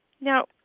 Now